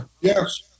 Yes